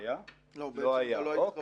בעצם לא היית חבר כנסת.